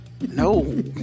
no